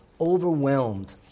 overwhelmed